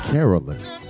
Carolyn